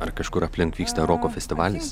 ar kažkur aplink vyksta roko festivalis